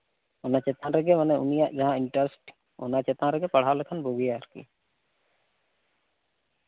ᱚᱱᱟ ᱪᱮᱛᱟᱱ ᱨᱮᱜᱮ ᱢᱟᱱᱮ ᱩᱱᱤᱭᱟᱜ ᱡᱟᱦᱟᱸ ᱤᱱᱴᱟᱨᱮᱥᱴ ᱚᱱᱟ ᱪᱮᱛᱟᱱ ᱨᱮᱜᱮ ᱯᱟᱲᱦᱟᱣ ᱞᱮᱠᱷᱟᱱ ᱵᱩᱜᱤᱭᱟ ᱟᱨᱠᱤ